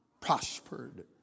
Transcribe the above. prospered